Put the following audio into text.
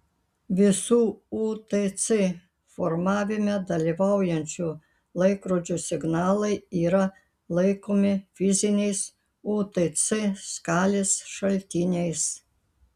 visų utc formavime dalyvaujančių laikrodžių signalai yra laikomi fiziniais utc skalės šaltiniais